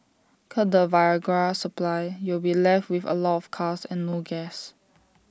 cut the Viagra supply you'll be left with A lot of cars and no gas